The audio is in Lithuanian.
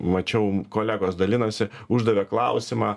mačiau kolegos dalinosi uždavė klausimą